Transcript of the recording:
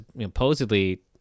supposedly